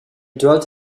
dwelt